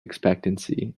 expectancy